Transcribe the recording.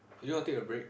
you want to take a break